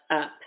up